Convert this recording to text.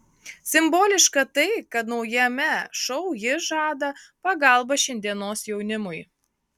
simboliška tai kad naujame šou ji žada pagalbą šiandienos jaunimui